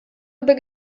über